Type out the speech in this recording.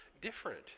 different